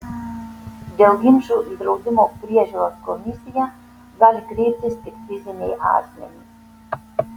dėl ginčų į draudimo priežiūros komisiją gali kreiptis tik fiziniai asmenys